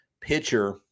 pitcher